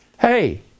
hey